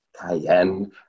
Cayenne